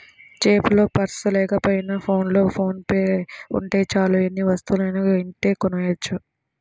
జేబులో పర్సు లేకపోయినా ఫోన్లో ఫోన్ పే ఉంటే చాలు ఎన్ని వస్తువులనైనా ఇట్టే కొనెయ్యొచ్చు